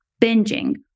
binging